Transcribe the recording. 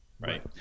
Right